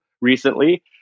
recently